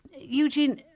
Eugene